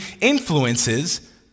influences